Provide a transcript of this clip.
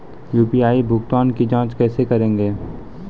UPI भुगतान की जाँच कैसे करेंगे?